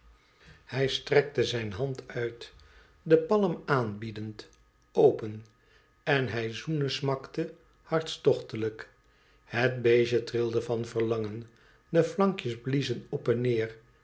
hij strekte zijn hand uit de palm aanbiedend open en hij zoenesmakte hartstochtelijk het beestje trilde van verlangen de flankjes bliezen op en neer